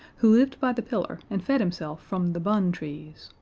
who lived by the pillar and fed himself from the bun trees,